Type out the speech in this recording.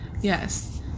Yes